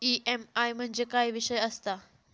EMI म्हणजे काय विषय आसता?